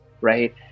right